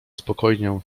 spokojnie